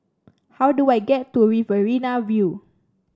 how do I get to Riverina View